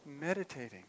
meditating